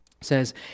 says